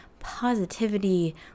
positivity